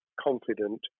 confident